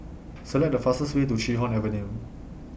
Select The fastest Way to Chee Hoon Avenue